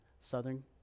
southern